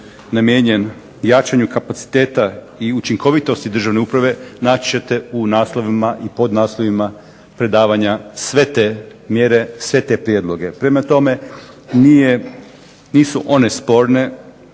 namijenjen jačanju kapaciteta i učinkovitosti državne uprave, naći ćete u naslovima i podnaslovima predavanja sve te mjere, sve te prijedloge. Prema tome, nisu one sporne,